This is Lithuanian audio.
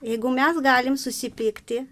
jeigu mes galim susipykti